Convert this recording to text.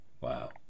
Wow